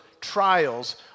trials